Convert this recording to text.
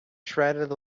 shredded